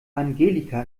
angelika